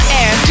air